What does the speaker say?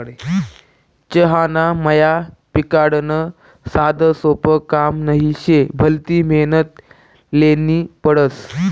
चहाना मया पिकाडनं साधंसोपं काम नही शे, भलती मेहनत ल्हेनी पडस